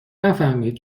نفهمید